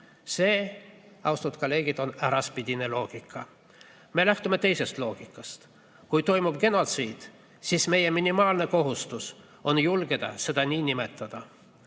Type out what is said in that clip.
See, austatud kolleegid, on äraspidine loogika.Me lähtume teisest loogikast. Kui toimub genotsiid, siis meie minimaalne kohustus on julgeda seda nii nimetada.